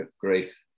grief